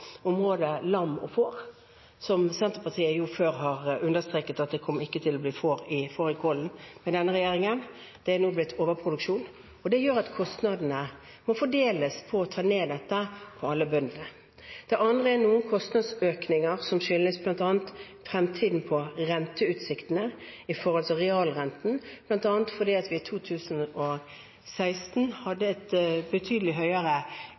området lam og får, og Senterpartiet har jo før understreket at det ikke kom til å bli får i fårikålen med denne regjeringen. Det er nå blitt overproduksjon, og det gjør at kostnadene ved å ta ned dette må fordeles på alle bøndene. Det andre er noen kostnadsøkninger som bl.a. skyldes fremtiden for renteutsiktene i forhold til realrenten, bl.a. fordi vi i 2016 hadde en betydelig høyere